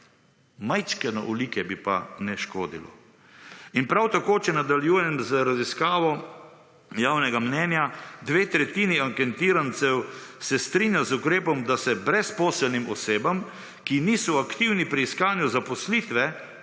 majčkeno olike bi pa ne škodilo. In prav tako, če nadaljujem z raziskavo javnega mnenja, dve tretjini anketirancev se strinja z ukrepom, da se brezposelnim osebam, ki niso aktivni pri iskanju zaposlitve,